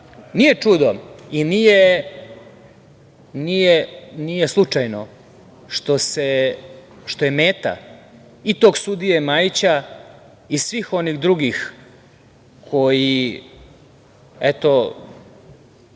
Nije čudo i nije slučajno što je meta i tog sudije Majića i svih onih drugih koji, eto,